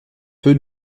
peu